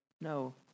No